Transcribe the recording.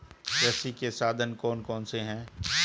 कृषि के साधन कौन कौन से हैं?